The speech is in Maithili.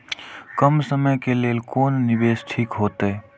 कम समय के लेल कोन निवेश ठीक होते?